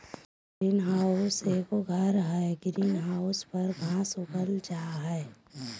green house एगो घर हइ, ग्रीन हाउस पर गाछ उगाल जा हइ